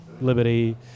Liberty